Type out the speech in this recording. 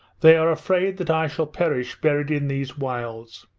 they are afraid that i shall perish, buried in these wilds.